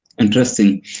Interesting